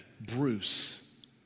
Bruce